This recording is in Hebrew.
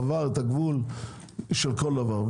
עבר את הגבול של כל דבר.